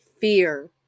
fear